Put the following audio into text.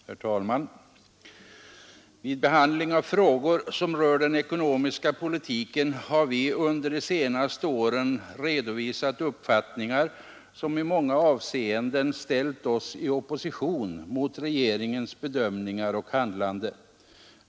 Herr talman! Vid behandling av frågor som rör den ekonomiska politiken har vi under de senaste åren redovisat uppfattningar, som i många avseenden ställt oss i opposition mot regeringens bedömningar och handlande.